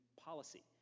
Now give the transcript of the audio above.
policy